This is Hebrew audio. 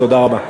תודה רבה.